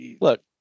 Look